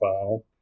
file